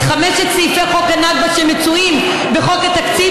את חמשת סעיפי חוק הנכבה שמצויים בחוק התקציב,